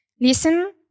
listen